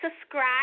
subscribe